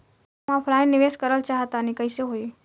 हम ऑफलाइन निवेस करलऽ चाह तनि कइसे होई?